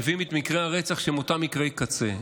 מביאים את מקרי הרצח שהם אותם מקרי קצה,